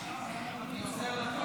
אני עוזר לך.